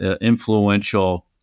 influential